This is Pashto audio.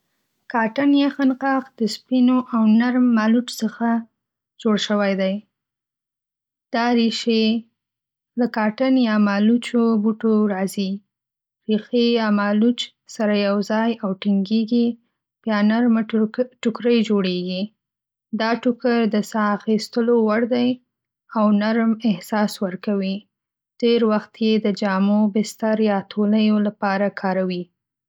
کاټن يخن قاق د سپینو او نرم مالوچ څخه جوړ شوی دی. دا ریشې له کاټن یا مالوچو بوټو راځي. ریښې یا مالوچ سره یوځای او ټینګېږي، بیا نرمه ټوکرۍ جوړیږي. دا ټوکر د ساه اخیستلو وړ دی او نرم احساس ورکوي. ډېر وخت یې د جامو، بستر یا تولیو لپاره کاروي.